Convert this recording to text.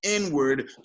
inward